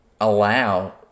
allow